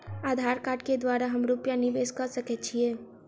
आधार कार्ड केँ द्वारा हम रूपया निवेश कऽ सकैत छीयै?